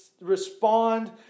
respond